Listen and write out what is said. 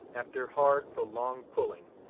after hard, prolonged pulling,